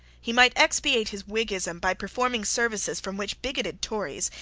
he might expiate his whiggism by performing services from which bigoted tories,